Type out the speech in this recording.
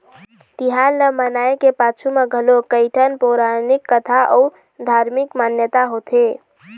तिहार ल मनाए के पाछू म घलोक कइठन पउरानिक कथा अउ धारमिक मान्यता होथे